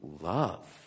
love